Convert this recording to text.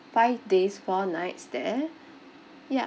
five days four nights there ya